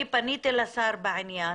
אני פניתי לשר בעניין,